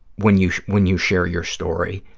when you when you share your story,